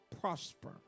prosper